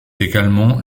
également